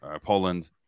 Poland